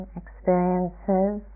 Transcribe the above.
experiences